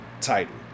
title